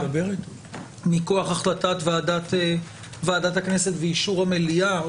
מכוח החלטת ועדת הכנסת ואישור המליאה,